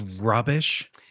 rubbish